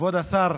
כבוד השר,